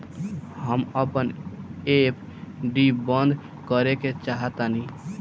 हम अपन एफ.डी बंद करेके चाहातानी